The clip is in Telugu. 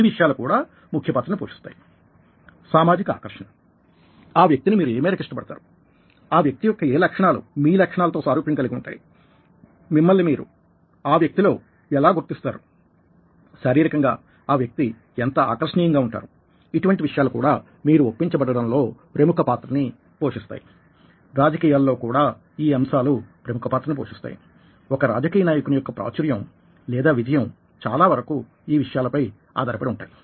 ఈ విషయాలు కూడా ముఖ్య పాత్రని పోషిస్తాయి సామాజిక ఆకర్షణ ఆ వ్యక్తిని మీరు ఏమేరకు ఇష్టపడతారు ఆ వ్యక్తి యొక్క ఏ లక్షణాలు మీ లక్షణాలతో సారూప్యం కలిగి ఉంటాయి మిమ్మల్ని మీరు ఆ వ్యక్తి లో ఎలా గుర్తిస్తారు శారీరకంగా ఆ వ్యక్తి ఎంత ఆకర్షణీయంగా ఉంటారు ఇటువంటి విషయాలు కూడా మీరు ఒప్పించబడడం లో ప్రముఖ పాత్రని పోషిస్తాయి రాజకీయాలలో కూడా ఈ అంశాలు ప్రముఖ పాత్రను పోషిస్తాయి ఒక రాజకీయ నాయకుని యొక్క ప్రాచుర్యం లేదా విజయం చాలా వరకు ఈ విషయాలపై ఆధారపడి ఉంటాయి